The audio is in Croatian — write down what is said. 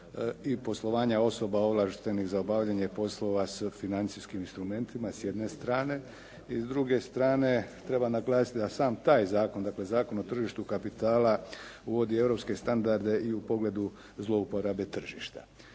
i poslovanja osoba ovlaštenih za obavljanje poslova s financijskim instrumentima s jedne strane i s druge strane treba naglasiti da sam taj zakon, dakle Zakon o tržištu kapitala uvodi europske standarde i u pogledu zlouporabe tržišta.